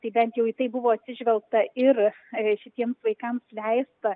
tai bent jau į tai buvo atsižvelgta ir šitiems vaikams leista